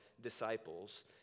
disciples